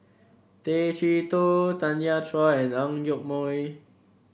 Tay Chee Toh Tanya Chua and Ang Yoke Mooi